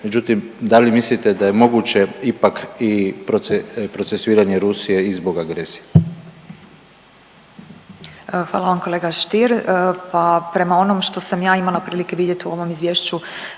Međutim, da li mislite da je moguće ipak i procesuiranje Rusije i zbog agresije. **Petir, Marijana (Nezavisni)** Hvala vam kolega Stier. Pa prema onom što sam ja imala prilike vidjeti u ovom izvješću